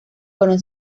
fueron